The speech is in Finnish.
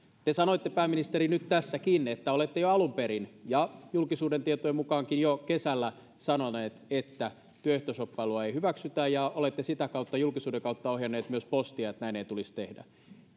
te sanoitte pääministeri nyt tässäkin että olette jo alun perin ja julkisuuden tietojenkin mukaan jo kesällä sanonut että työehtoshoppailua ei hyväksytä ja olette sitä kautta julkisuuden kautta ohjannut myös postia että näin ei tulisi tehdä